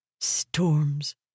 Storms